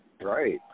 Right